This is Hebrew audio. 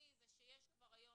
אז לכאורה לא נתתי לו את זה ב-(1).